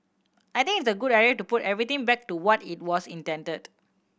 I think it's a good idea to put everything back to what it was intended